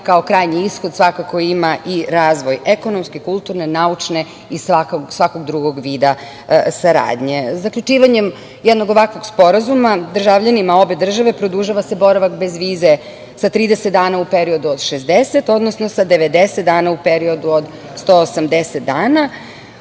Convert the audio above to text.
kao krajnji ishod svakako ima i razvoj ekonomske, kulturne, naučne i svakog drugog vida saradnje. Zaključivanjem jednog ovakvog sporazuma državljanima obe države produžava se boravaka bez vize sa 30 dana u periodu od 60, odnosno sa 90 dana u periodu od 180 dana.U